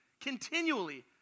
continually